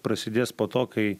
prasidės po to kai